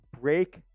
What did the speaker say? break